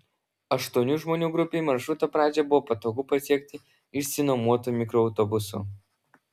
aštuonių žmonių grupei maršruto pradžią buvo patogu pasiekti išsinuomotu mikroautobusu